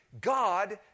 God